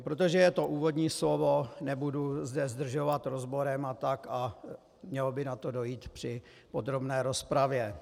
Protože je to úvodní slovo, nebudu zde zdržovat rozborem, mělo by na to dojít při podrobné rozpravě.